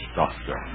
doctor